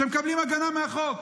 שמקבלים הגנה מהחוק.